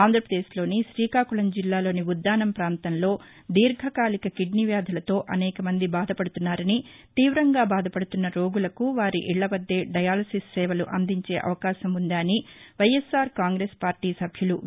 ఆంధ్రాపదేశ్ లోని శీకాకుళం జిల్లాలోని ఉద్దానం పాంతంలో దీర్ఘకాలిక కిడ్నీ వ్యాధులతో అనేక మంది బాధపడుతున్నారని తీవంగా బాధపడుతున్న రోగులకు వారి ఇళ్ళవద్దే దయాలసిస్ సేవలు అందించే అవకాశం ఉ ందా అని వైఎస్ఆర్ కాంగ్రెస్ పార్టీ సభ్యులు వి